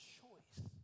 choice